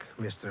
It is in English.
Mr